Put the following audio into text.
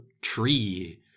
tree